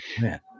man